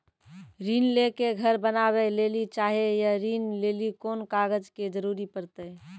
ऋण ले के घर बनावे लेली चाहे या ऋण लेली कोन कागज के जरूरी परतै?